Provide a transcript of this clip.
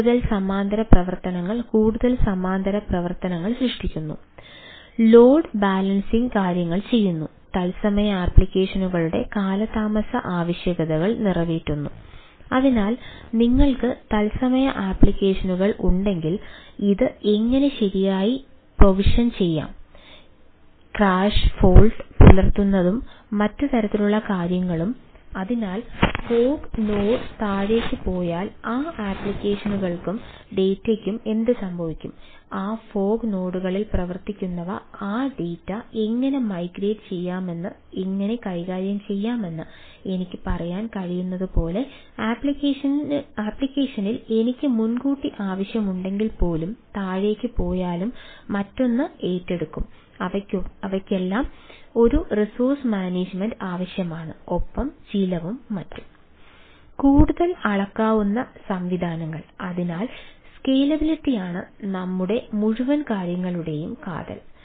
കൂടുതൽ അളക്കാവുന്ന സംവിധാനങ്ങൾ അതിനാൽ സ്കേലബിളിറ്റിയാണ് നമ്മുടെ മുഴുവൻ കാര്യങ്ങളുടെയും കാതൽ